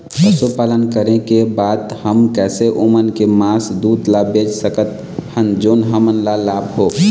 पशुपालन करें के बाद हम कैसे ओमन के मास, दूध ला बेच सकत हन जोन हमन ला लाभ हो?